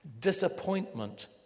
Disappointment